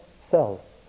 self